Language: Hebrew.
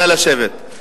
נא לשבת.